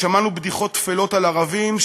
ושמענו בדיחות טפלות על ערבים,